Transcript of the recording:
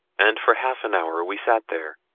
and for half an hour we sat there,